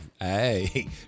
hey